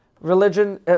religion